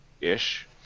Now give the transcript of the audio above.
ish